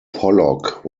pollock